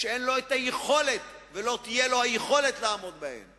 שאין לו היכולת ולא תהיה לו היכולת לעמוד בהן,